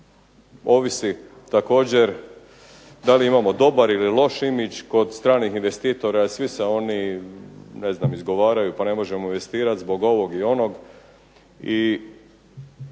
ovisi također da li imamo dobar ili loš imidž kod stranih investitora jer svi se oni izgovaraju, pa ne možemo investirat zbog ovog i onog